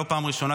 לא בפעם הראשונה,